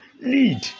lead